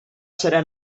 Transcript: serà